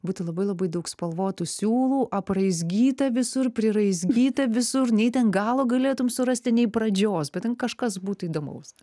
būtų labai labai daug spalvotų siūlų apraizgyta visur priraizgyta visur nei ten galo galėtum surasti nei pradžios bet ten kažkas būtų įdomaus